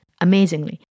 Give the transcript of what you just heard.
amazingly